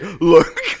look